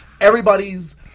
everybody's